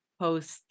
post